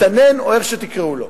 מסתנן, או איך שתקראו לו.